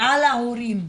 על ההורים.